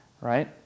right